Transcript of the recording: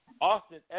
Austin